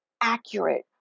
accurate